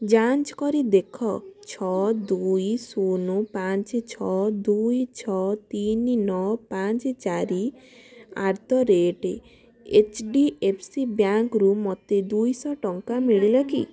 ଯାଞ୍ଚ କରି ଦେଖ ଛଅ ଦୁଇ ଶୂନ ପାଞ୍ଚ ଛଅ ଦୁଇ ଛଅ ତିନି ନଅ ପାଞ୍ଚ ଚାରି at the rate HDFC ବ୍ୟାଙ୍କରୁ ମୋତେ ଦୁଇଶହ ଟଙ୍କା ମିଳିଲା କି